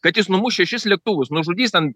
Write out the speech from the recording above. kad jis numuš šešis lėktuvus nužudys ten